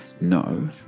No